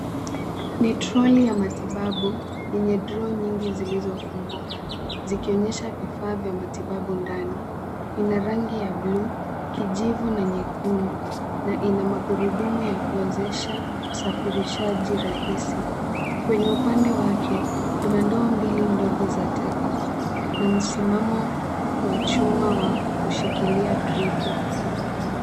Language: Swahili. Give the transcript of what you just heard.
Ni troli ya matibabu, yenye droo nyingi zilizofunguka, zikionyesha vifaa vya matibabu ndani. Ina rangi ya buluu, kijivu na nyekundu na ina magurudumu ya kuwezesha usafirishaji rahisi. Kwenye upande wake, kuna ndoo mbili ndogo za taka, na msimamo wa chuma wa kushikilia dripu.